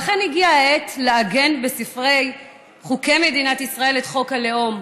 ואכן הגיעה העת לעגן בספרי חוקי מדינת ישראל את חוק הלאום,